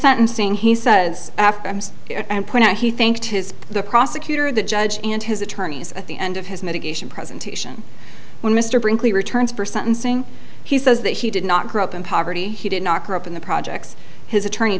sentencing he says after he thanked his the prosecutor the judge and his attorneys at the end of his medication presentation when mr brinkley returns for sentencing he says that he did not grow up in poverty he did not grow up in the projects his attorney